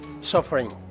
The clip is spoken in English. suffering